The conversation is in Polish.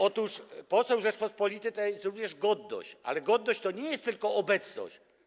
Otóż poseł Rzeczypospolitej to jest również godność, ale godność to nie jest tylko obecność.